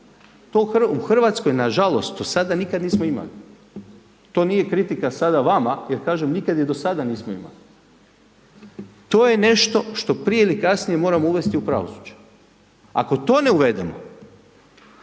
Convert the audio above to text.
To u RH, nažalost, do sada nikad nismo imali. To nije kritika sada vama jer kažem nikad je do sada nismo imali. To je nešto što prije ili kasnije moramo uvesti u pravosuđe. Ako to ne uvedemo,